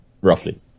roughly